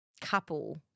couple